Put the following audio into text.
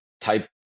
type